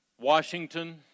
Washington